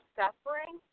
suffering